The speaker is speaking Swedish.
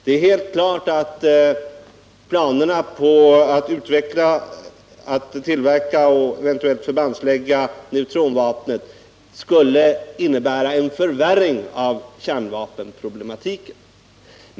Det är helt klart att planerna på att utveckla, tillverka och förbandslägga neutronvapnet skulle innebära en förvärring av kärnvapenproblematiken.